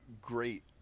great